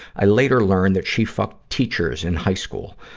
i later learned that she fucked teachers in high school,